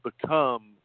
become